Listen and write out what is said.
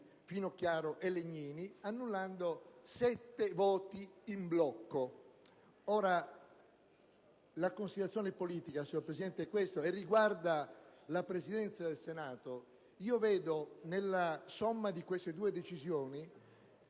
Finocchiaro e Legnini) sette voti in blocco. Ora, la considerazione politica, signor Presidente, è questa, e riguarda la Presidenza del Senato: vedo nella somma di queste due decisioni